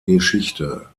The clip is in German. geschichte